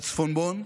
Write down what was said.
הצפונבון.